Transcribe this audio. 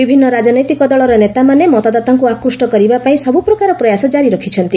ବିଭିନ୍ନ ରାଜନୈତିକ ଦଳର ନେତାମାନେ ମତଦାତାଙ୍କୁ ଆକୃଷ୍ଟ କରିବା ପାଇଁ ସବୁ ପ୍ରକାର ପ୍ରୟାସ ଜାରି ରଖିଛନ୍ତି